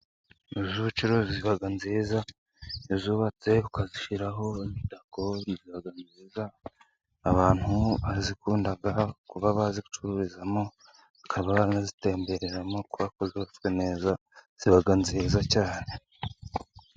Inzu z'ubucuruzi ziba nziza, iyo uzubatse ukazishyiraho imitako ziba nziza. Abantu barazikunda kuba bazicururizamo, bakaba banazitembereramo kubera ko zubatswe neza. Ziba nziza cyane.